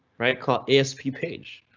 right called asp page,